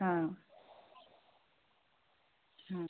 हाँ हाँ